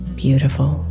beautiful